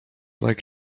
like